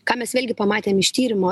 ką mes vėlgi pamatėm iš tyrimo